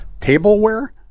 tableware